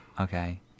okay